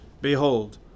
Behold